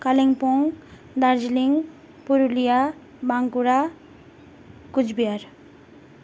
Kalimpong Darjeeling Purulia Bankura Cooch Behar